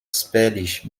spärlich